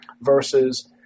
versus